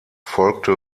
folgte